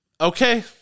okay